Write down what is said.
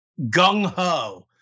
gung-ho